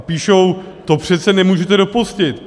A píšou: To přece nemůžete dopustit.